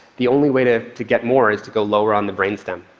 the only way to to get more is to go lower on the brain stem,